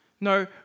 No